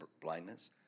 blindness